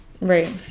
Right